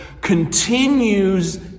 continues